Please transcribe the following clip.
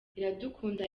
iradukunda